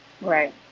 Right